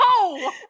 No